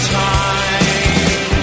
time